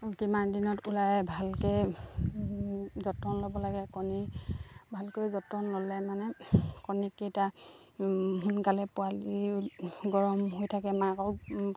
কিমান দিনত ওলাই ভালকৈ যতন ল'ব লাগে কণী ভালকৈ যতন ল'লে মানে কণীকেইটা সোনকালেই পোৱালি গৰম হৈ থাকে মাকক